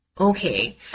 okay